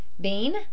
Bean